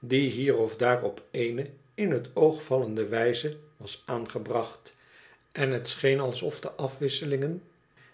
die hier of daar op eene in het oog vallendo wijze was aangebracht en het scheen alsof de afwisselingen